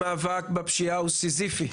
המאבק בפשיעה הוא סיזיפי,